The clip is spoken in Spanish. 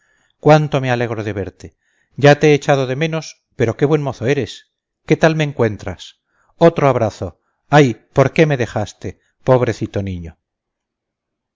cuánto me alegro de verte ya te he echado de menos pero qué buen mozo eres qué tal me encuentras otro abrazo ay por qué me dejaste pobrecito niño